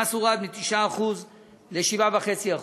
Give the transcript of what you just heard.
המס הורד מ-9% ל-7.5%.